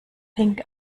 think